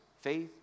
faith